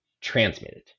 transmitted